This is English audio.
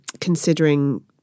considering